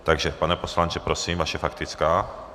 Takže pane poslanče, prosím vaše faktická.